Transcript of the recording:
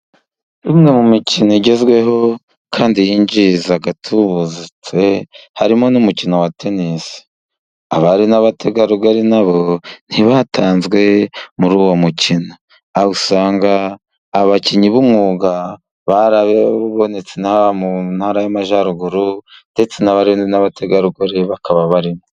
Nk'imwe mu mikino igezweho kandi yinjiza atubutse, harimo n'umukino wa tenisi. Abari n'abategarugori na bo ntibatanzwe muri uwo mukino. Aho usanga abakinnyi b'umwuga barabonetse inaha mu Ntara y'Amajyaruguru ndetse abari n'abategarugori bakaba barimo.